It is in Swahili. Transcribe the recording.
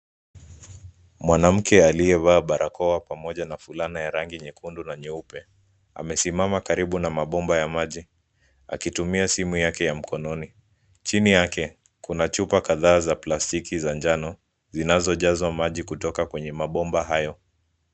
Mwanamke aliyevaa barakoa pamoja na fulana ya rangi nyekundu na nyeupe. Amesimama karibu na mabomba ya maji akitumia simu yake ya mkononi. Chini yake, kuna chupa kadhaa za plastiki za njano zinazojazwa maji kutoka kwenye mabomba hayo.